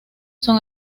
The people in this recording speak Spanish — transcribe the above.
son